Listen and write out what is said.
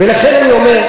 ולכן אני אומר,